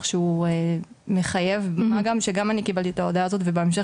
שהוא מחייב ומה גם שגם אני קיבלתי את ההודעה הזאת ובהמשך